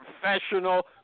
professional